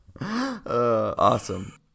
Awesome